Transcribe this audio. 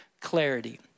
clarity